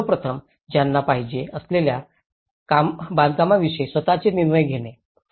आणि सर्व प्रथम त्यांना पाहिजे असलेल्या बांधकामाविषयी स्वतःचे निर्णय घेणे